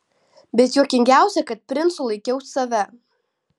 bet juokingiausia kad princu laikiau save